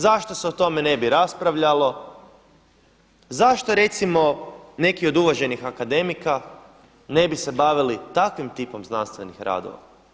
Zašto se o tome ne bi raspravljalo, zašto recimo neki od uvaženih akademika ne bi se bavili takvim tipom znanstvenih radova?